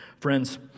Friends